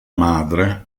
madre